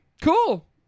cool